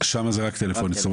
זה לא מקוון.